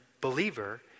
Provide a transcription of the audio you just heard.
believer